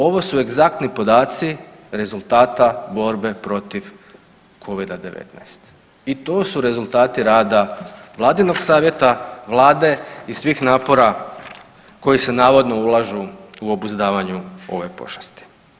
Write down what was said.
Ovo su egzaktni podaci rezultata borbe protiv covida-10 i to su rezultati rada vladinog savjeta, vlade i svih napora koji se navodno ulažu u obuzdavanju ove pošasti.